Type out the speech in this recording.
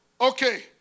okay